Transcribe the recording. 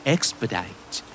Expedite